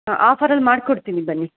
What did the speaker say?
ಆಫರಲ್ಲಿ ಮಾಡ್ಕೊಡ್ತೀನಿ ಬನ್ನಿ